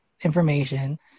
information